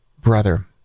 brother